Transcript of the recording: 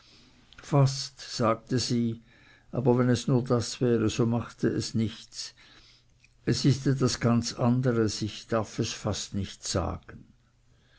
fast sagte sie aber wenn es nur das wäre so machte es nichts es ist etwas ganz anderes ich darf es fast nicht sagen